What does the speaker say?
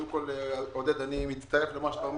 עודד, אני מצטרף לדבריך.